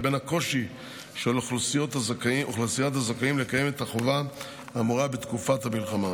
לבין הקושי של אוכלוסיית הזכאים לקיים את החובה האמורה בתקופת המלחמה.